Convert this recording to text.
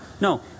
no